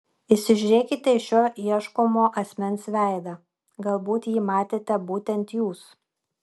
įsižiūrėkite į šio ieškomo asmens veidą galbūt jį matėte būtent jūs